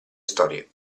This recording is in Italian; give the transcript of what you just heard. storie